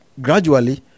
gradually